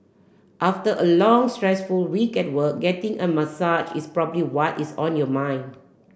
after a long stressful week at work getting a massage is probably what is on your mind